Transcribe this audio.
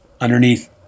underneath